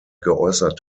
geäußert